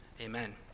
amen